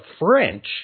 French